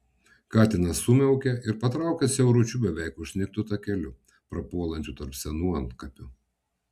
katinas sumiaukė ir patraukė siauručiu beveik užsnigtu takeliu prapuolančiu tarp senų antkapių